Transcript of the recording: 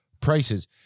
prices